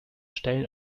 stellen